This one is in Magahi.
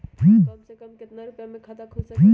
कम से कम केतना रुपया में खाता खुल सकेली?